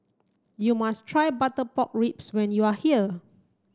you must try butter pork ribs when you are here